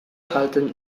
halten